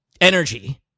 energy